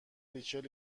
ریچل